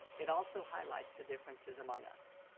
it also highlights the differences among us.